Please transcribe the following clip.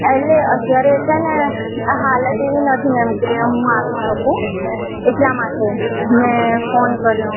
એટલે અત્યારે છે ને હાલત એવી નથી મૅમ કે હું આવી શકું એટલાં માટે મેં ફોન કર્યો